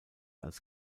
als